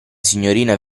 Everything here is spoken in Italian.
signorina